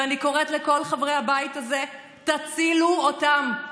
ואני קוראת לכל חברי הבית הזה: תצילו אותם.